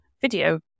video